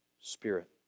spirit